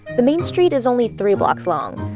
the main street is only three blocks long.